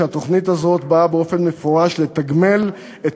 שהתוכנית הזאת באה באופן מפורש לתגמל את